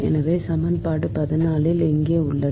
எனவே சமன்பாடு 14 இல் இங்கே உள்ளது